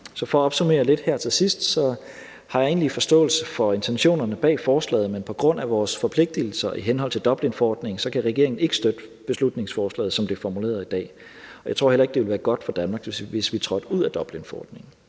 Så for at opsummere lidt her til sidst har jeg egentlig forståelse for intentionerne bag forslaget, men på grund af vores forpligtelser i henhold til Dublinforordningen kan regeringen ikke støtte beslutningsforslaget, som det er formuleret i dag, og jeg tror heller ikke, det ville være godt for Danmark, hvis vi trådte ud af Dublinforordningen.